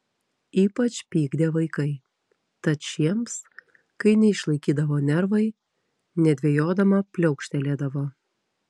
ypač pykdė vaikai tad šiems kai neišlaikydavo nervai nedvejodama pliaukštelėdavo